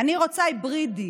אני רוצה היברידי.